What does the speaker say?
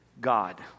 God